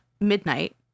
midnight